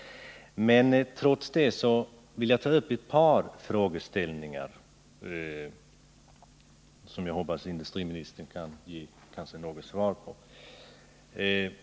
Men trots det vill jag beröra ett par frågor, som jag hoppas att industriministern kan ge något svar på.